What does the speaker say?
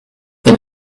the